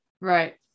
Right